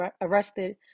arrested